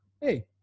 Hey